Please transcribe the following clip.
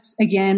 again